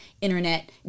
internet